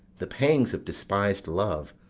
the pangs of despis'd love,